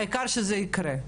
העיקר שזה יקרה.